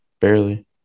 Barely